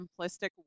simplistic